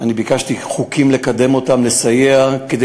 אני ביקשתי חוקים, לקדם אותם, לסייע, כדי